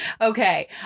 Okay